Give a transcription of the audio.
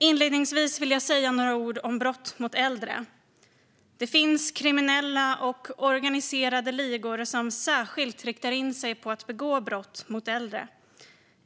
Inledningsvis vill jag säga några ord om brott mot äldre. Det finns kriminella och organiserade ligor som särskilt riktar in sig på att begå brott mot äldre.